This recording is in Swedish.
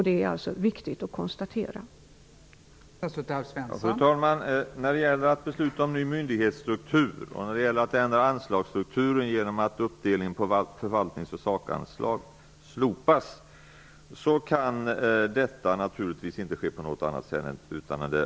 Det är viktigt att konstatera detta.